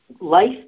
Life